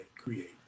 create